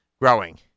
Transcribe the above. growing